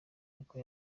niko